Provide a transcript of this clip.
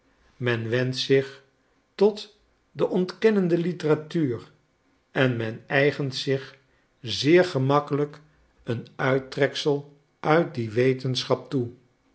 men wendt zich tot de ontkennende litteratuur en men eigent zich zeer gemakkelijk een uittreksel uit die wetenschap toe